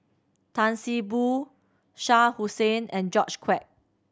Tan See Boo Shah Hussain and George Quek